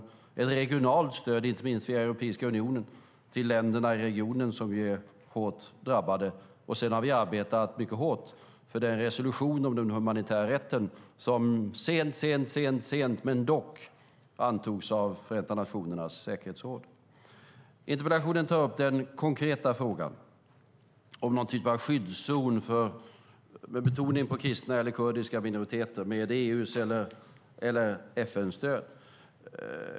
Det är ett regionalt stöd, inte minst via Europeiska unionen, till länderna i regionen som är hårt drabbade. Sedan har vi arbetat mycket hårt för den resolution om den humanitära rätten som mycket sent men dock antogs av Förenta nationernas säkerhetsråd. Interpellationen tar upp den konkreta frågan om någon typ av skyddszon för människor, med betoning på kristna eller kurdiska minoriteter, med EU:s eller FN:s stöd.